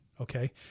okay